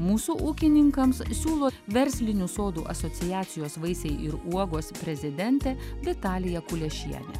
mūsų ūkininkams siūlo verslinių sodų asociacijos vaisiai ir uogos prezidentė vitalija kuliešienė